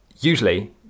usually